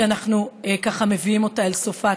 שאנחנו ככה מביאים אותה אל סופה.